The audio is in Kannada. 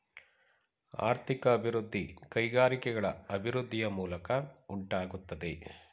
ಆರ್ಥಿಕ ಅಭಿವೃದ್ಧಿ ಕೈಗಾರಿಕೆಗಳ ಅಭಿವೃದ್ಧಿಯ ಮೂಲಕ ಉಂಟಾಗುತ್ತದೆ